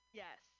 yes